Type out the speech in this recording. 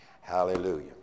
Hallelujah